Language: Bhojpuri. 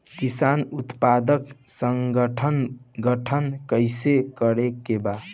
किसान उत्पादक संगठन गठन कैसे करके बा?